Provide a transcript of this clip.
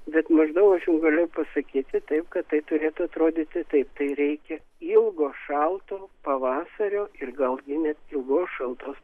bet maždaug aš jum galiu pasakyti taip kad tai turėtų atrodyti taip tai reikia ilgo šalto pavasario ir galgi net ilgos šaltos